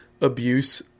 abuse